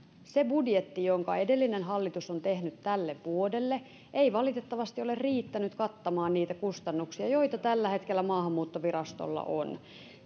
se budjetti jonka edellinen hallitus on tehnyt tälle vuodelle ei valitettavasti ole riittänyt kattamaan niitä kustannuksia joita tällä hetkellä maahanmuuttovirastolla on